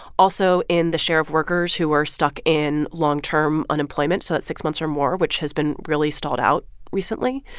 also in the share of workers who are stuck in long-term unemployment so that's six months or more which has been really stalled out recently.